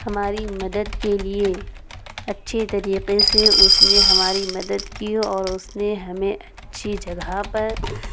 ہماری مدد کے لیے اچھی طریقے سے اس نے ہماری مدد کی اور اس نے ہمیں اچھی جگہ پر